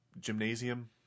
gymnasium